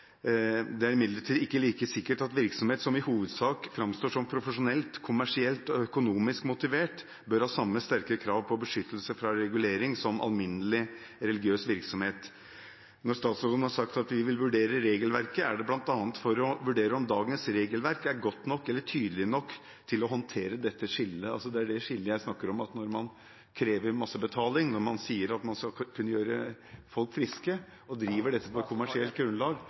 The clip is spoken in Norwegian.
er imidlertid ikke like sikkert at virksomhet som i hovedsak fremstår som profesjonell, kommersiell og økonomisk motivert, bør ha samme sterke krav på beskyttelse fra regulering som alminnelig religiøs virksomhet. Når statsråden har sagt at vi vil vurdere regelverket er det blant annet for å vurdere om dagens regelverk er godt nok eller tydelig nok til å «håndtere» dette skillet.» Det er det skillet jeg snakker om, at når man krever masse betaling, når man sier at man skal kunne gjøre folk friske og driver dette på kommersielt grunnlag,